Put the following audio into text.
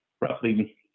roughly